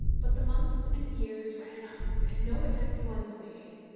but the months and years ran on, and no attempt was made.